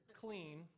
clean